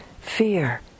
fear